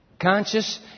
Conscious